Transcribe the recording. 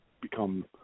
become